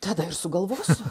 tada ir sugalvosiu